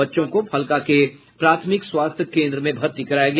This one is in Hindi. बच्चों को फलका के प्राथमिक स्वास्थ्य केन्द्र में भर्ती कराया गया